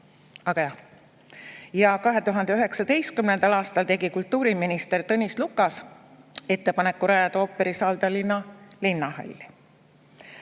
aga … Ja 2019. aastal tegi kultuuriminister Tõnis Lukas ettepaneku rajada ooperisaal Tallinna Linnahalli.